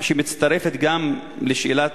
שמצטרפת גם לשאלתה